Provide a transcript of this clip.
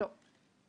לא.